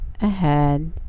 ahead